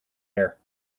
air